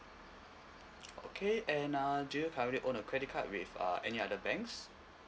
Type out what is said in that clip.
okay and uh do you currently own a credit card with uh any other banks